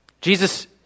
Jesus